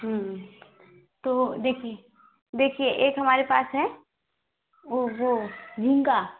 तो देखिए देखिए एक हमारे पास है ओ वह झींगा